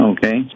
Okay